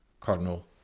Cardinal